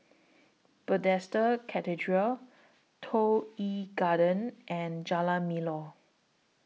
Bethesda Cathedral Toh Yi Garden and Jalan Melor